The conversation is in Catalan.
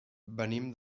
venim